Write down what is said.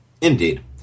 Indeed